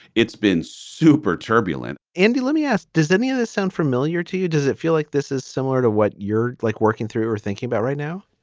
it's been super turbulent andy, let me ask, does any of this sound familiar to you? does it feel like this is similar to what you're like working through or thinking about right now?